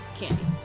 Candy